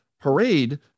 parade